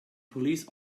police